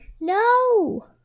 No